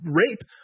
rape